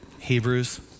Hebrews